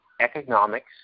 economics